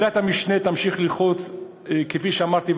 כפי שאמרתי,